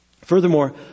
Furthermore